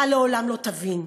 אתה לעולם לא תבין.